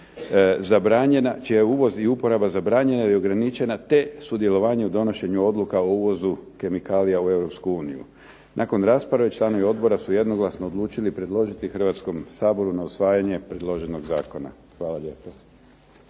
čiji je uvoz i uporaba zabranjena i ograničena, te sudjelovanje u donošenju odluka o uvozu kemikalija u Europsku uniju. Nakon rasprave članovi odbora su jednoglasno odlučili predložiti Hrvatskom saboru na usvajanje predloženog zakona. Hvala lijepo.